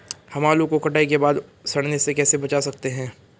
हम आलू को कटाई के बाद सड़ने से कैसे बचा सकते हैं?